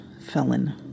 felon